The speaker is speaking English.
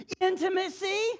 Intimacy